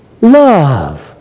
love